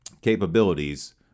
capabilities